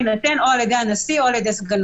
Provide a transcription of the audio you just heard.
להינתן או על ידי הנשיא או על ידי סגנו.